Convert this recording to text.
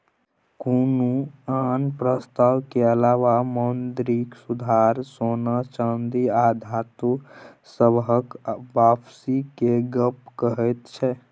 कुनु आन प्रस्ताव के अलावा मौद्रिक सुधार सोना चांदी आ धातु सबहक वापसी के गप कहैत छै